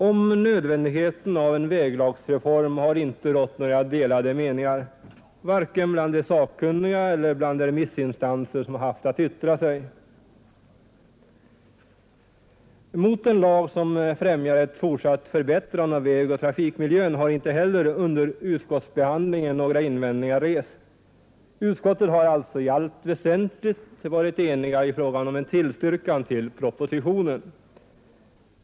Om nödvändigheten av en väglagsreform har inte rått några delade meningar vare sig bland de sakkunniga eller bland de remissinstanser som har haft att yttra sig över förslaget. Mot en lag som främjar ett fortsatt förbättrande av vägoch trafikmiljön har inte heller under utskottsbehandlingen några invändningar rests. Utskottet har alltså i allt väsentligt varit enigt i fråga om en tillstyrkan till propositionen.